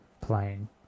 playing